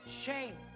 Shame